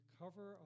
cover